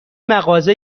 مغازه